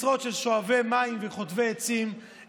משרות של שואבי מים וחוטבי עצים,